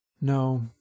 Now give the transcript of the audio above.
No